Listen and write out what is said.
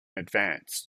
advance